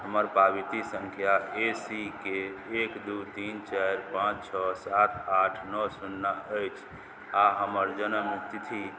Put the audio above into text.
हमर पावती सँख्या ए सी के एक दुइ तीन चारि पाँच छओ सात आठ नओ सुन्ना अछि आओर हमर जनमतिथि